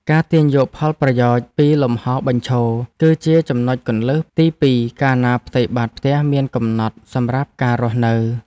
ការទាញយកផលប្រយោជន៍ពីលំហរបញ្ឈរគឺជាចំណុចគន្លឹះទីពីរកាលណាផ្ទៃបាតផ្ទះមានកំណត់សម្រាប់ការរស់នៅ។